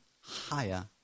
higher